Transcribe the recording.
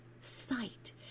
sight